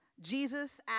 Jesus